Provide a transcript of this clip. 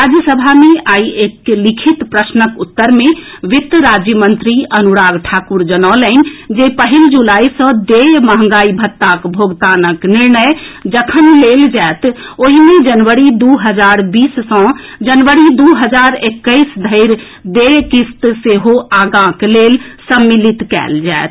राज्य सभा मे आई एक लिखित प्रश्नक उत्तर मे वित्त राज्य मंत्री अनुराग ठाकुर जनौलनि जे पहिल जुलाई सँ देय महंगाई भत्ताक भोगतानक निर्णय जखन लेल जाएत ओहि मे जनवरी दू हजार बीस सँ जनवरी दू हजार एक्कैस धरि देय किस्त सेहो आगांक लेल सम्मिलित कयल जाएत